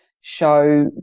show